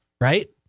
Right